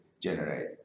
generate